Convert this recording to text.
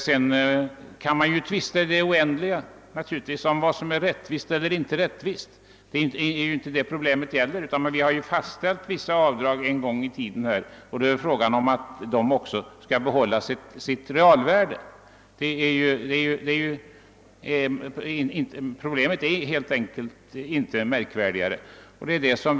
Sedan kan man naturligtvis tvista i det oändliga om vad som är rättvist och inte rättvist. Men det är inte detta problemet gäller. Vi har fastställt vissa avdrag en gång i tiden, och det är fråga om huruvida de skall få behålla sitt realvärde. Märkvärdigare är det inte.